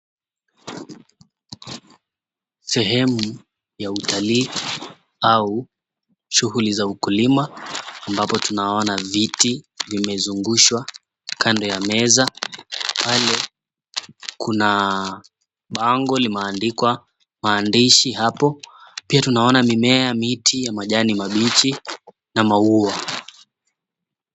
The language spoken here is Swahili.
Sehemu ya utalii au shughuli za ukulima ambapo tunaona viti vimezungushwa kando ya meza pale. Kuna bango limeandikwa maandishi hapo. Pia tunaona mimea miti ya majani mabichi na maua.